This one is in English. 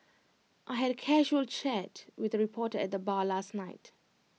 I had A casual chat with A reporter at the bar last night